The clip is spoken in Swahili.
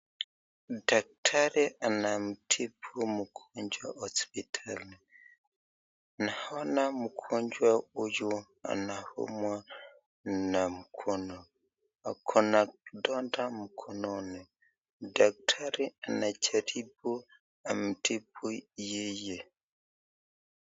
Dakitari anamtibu mgonjwa hospitali. Naona mgonjwa huyu anaumwa na mkono, akona vidonda mkononi. Daktari anajaribu amtibu yeye.